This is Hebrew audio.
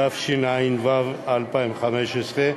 התשע"ו 2015,